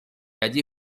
allí